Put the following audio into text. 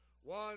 one